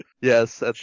Yes